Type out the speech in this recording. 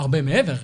הרבה מעבר.